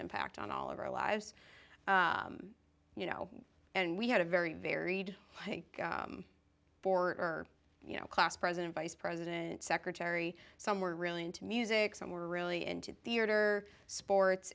impact on all of our lives you know and we had a very varied i think for you know class president vice president secretary some were really into music some were really into theater sports